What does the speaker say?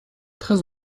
très